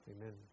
Amen